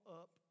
up